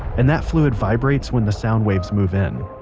and that fluid vibrates when the sound waves move in.